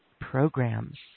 programs